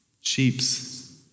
sheep's